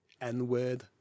N-word